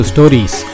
Stories